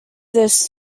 this